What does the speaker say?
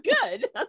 good